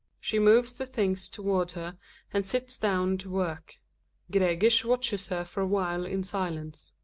she moves the things towards her and sits down to work gregers watches her for a while in silence,